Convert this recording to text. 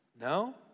No